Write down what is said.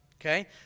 Okay